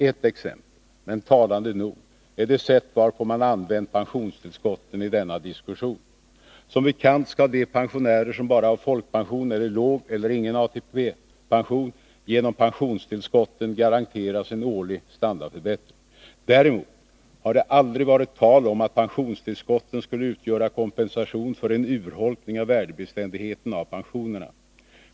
Ett exempel — men talande nog — är det sätt varpå man använt pensionstillskotten i denna diskussion. Som bekant skall de pensionärer som bara har folkpension eller låg eller ingen ATP-pension genom pensionstillskotten garanteras en årlig standardförbättring. Däremot har det aldrig varit tal om att pensionstillskotten skulle utgöra kompensation för en urholkning av värdebeständigheten av pensionerna.